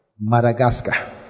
Madagascar